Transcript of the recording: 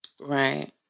Right